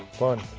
fun.